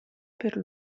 per